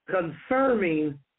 confirming